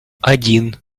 один